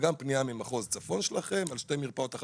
וגם פנייה ממחוז צפון של הנציבות לגבי שתי מרפאות,